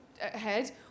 ahead